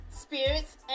Spirits